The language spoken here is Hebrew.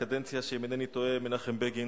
קדנציה, שאם אינני טועה, מנחם בגין